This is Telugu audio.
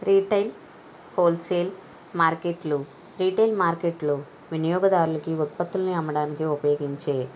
రీటైల్ హోల్ సేల్ మార్కెట్లు రీటైల్ మార్కెట్లు వినియోగదారులకి ఉత్పత్తులని అమ్మడానికి ఉపయోగించే